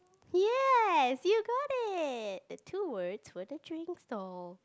yes you got it the two word were the drink stall